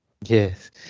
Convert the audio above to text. yes